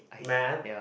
math